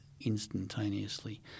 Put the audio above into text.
instantaneously